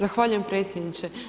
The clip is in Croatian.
Zahvaljujem predsjedniče.